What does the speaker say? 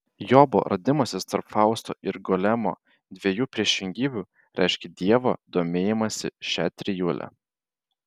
jobo radimasis tarp fausto ir golemo dviejų priešingybių reiškia dievo domėjimąsi šia trijule